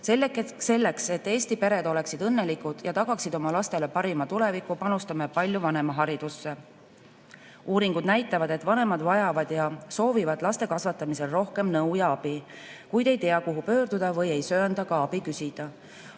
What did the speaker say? et Eesti pered oleksid õnnelikud ja tagaksid oma lastele parima tuleviku, panustame palju vanemaharidusse. Uuringud näitavad, et vanemad vajavad ja soovivad laste kasvatamisel rohkem nõu ja abi, kuid ei tea, kuhu pöörduda või ei söanda abi küsida.